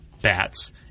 bats